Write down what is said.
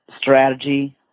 strategy –